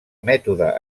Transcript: mètode